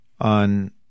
on